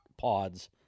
pods